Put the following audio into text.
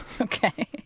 Okay